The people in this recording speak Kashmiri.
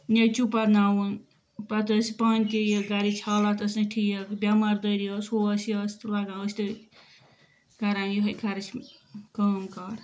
نیٚچوٗ پرناوُن پَتہٕ أسۍ پانہٕ تہِ یہِ گَرِچ حالات ٲس نہٕ ٹھیٖک بیٚمار دٲری ٲس ہُہ اوس یہِ اوس تہٕ لَگان ٲسۍ تٔتھۍ گَرا یِہٕے کَرٕچ کٲم کار